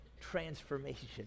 transformation